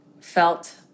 felt